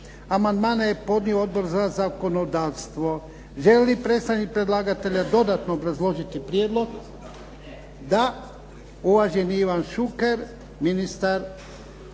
Amandmane je podnio Odbor za zakonodavstvo. Želi li predstavnik predlagatelja dodatno obrazložiti prijedlog? Da. Uvaženi Ivan Šuker, ministar